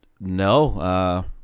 No